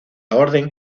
orden